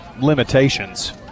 limitations